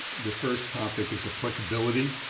the first topic is applicability.